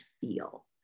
feel